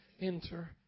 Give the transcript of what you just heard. enter